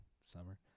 summer